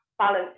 balance